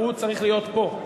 הוא צריך להיות פה.